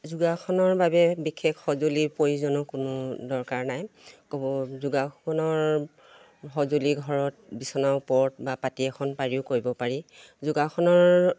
যোগাসনৰ বাবে বিশেষ সঁজুলিৰ প্ৰয়োজনো কোনো দৰকাৰ নাই ক'ব যোগাসনৰ সঁজুলি ঘৰত বিচনা ওপৰত বা পাতি এখন পাৰিও কৰিব পাৰি যোগাসনৰ